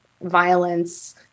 violence